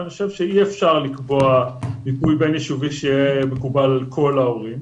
ואני חושב שאי אפשר לקבוע מיפוי בין-יישובי שיהיה מקובל על כל ההורים.